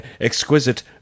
exquisite